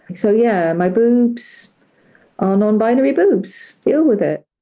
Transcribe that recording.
so yeah, my boobs are non-binary boobs. deal with it.